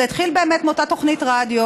זה התחיל באמת באותה תוכנית רדיו